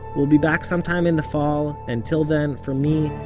we'll be back sometime in the fall, and till then from me,